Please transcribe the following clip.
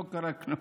לא קרה כלום.